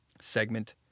segment